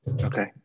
Okay